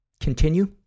continue